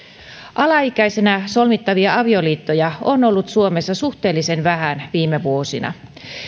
alaikäisenä solmittavia avioliittoja on ollut suomessa suhteellisen vähän viime vuosina